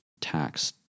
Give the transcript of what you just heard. tax